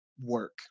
work